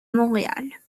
montréal